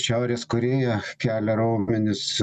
šiaurės korėja kelia raumenis